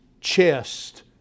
chest